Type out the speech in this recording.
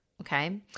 okay